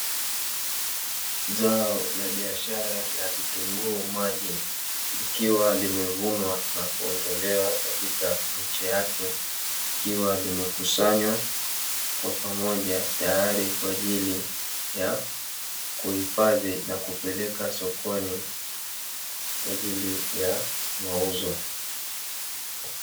Zao la biashara la vitunguu maji vikiwa vimevunywa na kuondolewa katika miche yake , likiwa limekusanywa kwa pamoja tayari kwaajili ya kuhifadhi na kupeleka sokoni kwaajili ya mauzo.